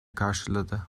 karşıladı